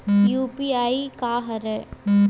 UPI का हरय?